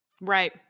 Right